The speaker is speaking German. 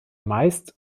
meist